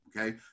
okay